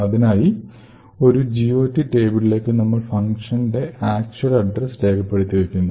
അതിനായി ഒരു GOT ടേബിളിലേക് നമ്മൾ ഫങ്ഷന്റെ ആക്ച്വൽ അഡ്രസ് രേഖപ്പെടുത്തിവക്കുന്നു